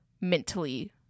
mentally